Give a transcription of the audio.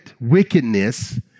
wickedness